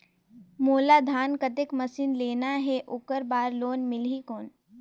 मोला धान कतेक मशीन लेना हे ओकर बार लोन मिलही कौन?